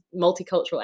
multicultural